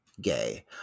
gay